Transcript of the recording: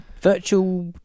virtual